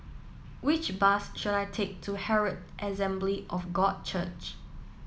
which bus should I take to Herald Assembly of God Church